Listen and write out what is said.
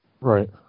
Right